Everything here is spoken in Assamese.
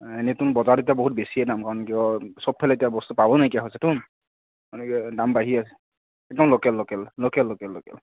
এনেটো বজাৰত এতিয়া বহু বেছিয়ে দাম কাৰণ কিয় চবফালে এতিয়া বস্তু পাব নাইকিয়া হৈছে টোন দাম বাঢ়িয়ে আছে একদম local local local local local